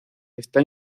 está